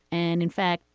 and in fact,